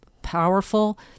powerful